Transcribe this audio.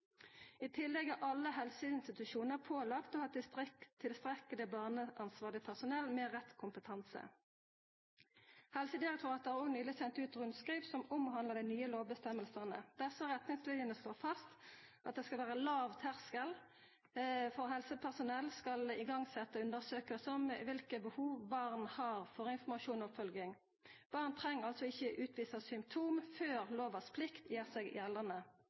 I tillegg er alle helseinstitusjonar pålagd å ha tilstrekkeleg barneansvarleg personell med rett kompetanse. Helsedirektoratet har òg nyleg sendt ut rundskriv som omhandlar dei nye lovbestemmingane. Desse retningslinene slår fast at det skal vera låg terskel for at helsepersonell skal setja i gang undersøking om kva behov barn har for informasjon og oppfølging. Barn treng altså ikkje utvisa symptom før lova gjer seg gjeldande.